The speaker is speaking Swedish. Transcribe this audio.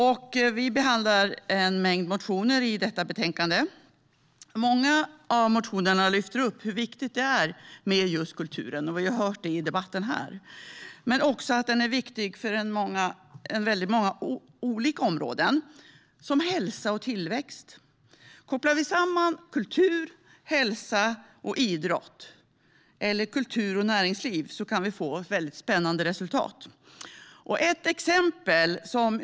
I detta betänkande behandlas en mängd motioner. I många av motionerna lyfter man fram hur viktigt det är med just kulturen, och vi har hört det i debatten här. Kulturen är viktig på många olika områden som hälsa och tillväxt. Kopplar vi samman kultur, hälsa och idrott eller kultur och näringsliv kan vi få ett mycket spännande resultat. Jag ska ta upp ett exempel.